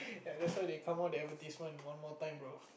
ya that's why they come up the advertisement one more time bro